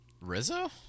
Rizzo